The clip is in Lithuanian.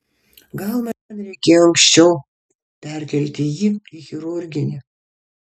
gal man reikėjo anksčiau perkelti jį į chirurginį